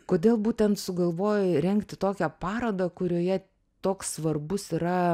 kodėl būtent sugalvojai rengti tokią parodą kurioje toks svarbus yra